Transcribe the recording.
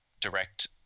direct